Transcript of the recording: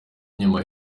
inyuma